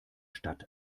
stadt